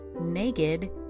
naked